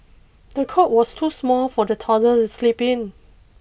the cot was too small for the toddler to sleep in